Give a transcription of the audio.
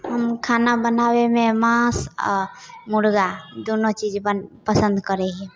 हुँ खाना बनाबैमे माँस आओर मुरगा दुनू चीज बन पसन्द करै हिए